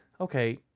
okay